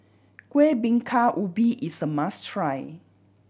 Kueh Bingka Ubi is a must try